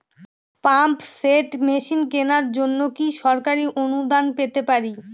Pump set machine কেনার জন্য কি সরকারি অনুদান পেতে পারি?